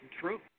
true